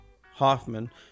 Hoffman